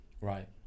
right